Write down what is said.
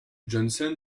johnson